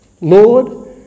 Lord